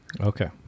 Okay